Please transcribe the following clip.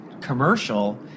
commercial